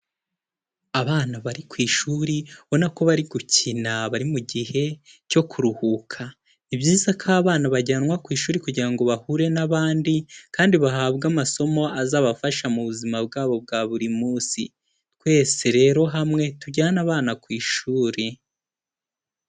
Abana bari ku ishuri ubona ko bari gukina bari mu gihe cyo kuruhuka, ni byiza ko abana bajyanwa ku ishuri kugira ngo bahure n'abandi kandi bahabwe amasomo azabafasha mu buzima bwabo bwa buri munsi, twese rero hamwe tujyane abana ku ishuri.